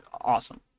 awesome